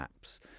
apps